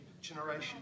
generation